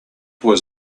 was